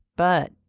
but,